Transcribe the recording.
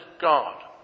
God